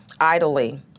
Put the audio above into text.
idly